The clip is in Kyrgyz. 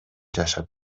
жашап